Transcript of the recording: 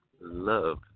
Love